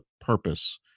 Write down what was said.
purpose